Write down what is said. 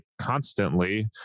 constantly